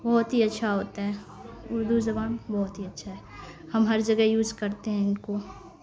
بہت ہی اچھا ہوتا ہے اردو زبان بہت ہی اچھا ہے ہم ہر جگہ یوز کرتے ہیں ان کو